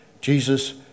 Jesus